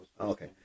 Okay